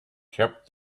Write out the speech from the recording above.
kept